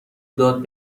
داد